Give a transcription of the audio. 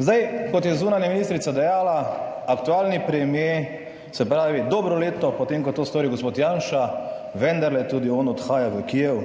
Zdaj, kot je zunanja ministrica dejala, aktualni premier, se pravi dobro leto po tem, ko je to storil gospod Janša, vendarle tudi on odhaja v Kijev